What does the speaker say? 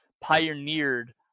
pioneered